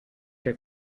que